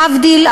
להבדיל,